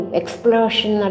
explosion